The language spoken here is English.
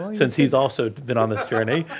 um since he's also been on this journey.